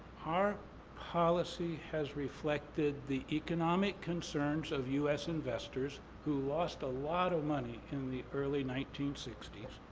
our policy has reflected the economic concerns of u s. investors who lost a lot of money in the early nineteen sixty s.